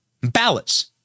ballots